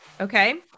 Okay